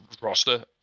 roster